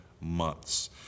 months